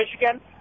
Michigan